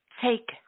take